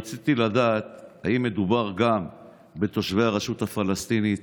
רציתי לדעת אם מדובר גם בתושבי הרשות הפלסטינית,